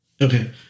okay